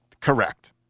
Correct